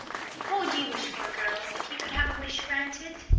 what would you wish for, girls, if you could have a wish granted?